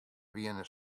wiene